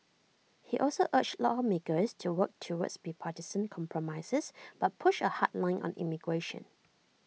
he also urged lawmakers to work toward bipartisan compromises but pushed A hard line on immigration